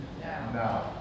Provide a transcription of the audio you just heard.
now